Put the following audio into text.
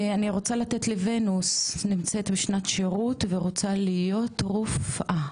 אני רוצה לתת לונוס היא נמצאת בשנת שירות ורוצה להיות רופאה.